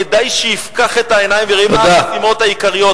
כדאי שיפקח את העיניים ויראה מה המשימות העיקריות,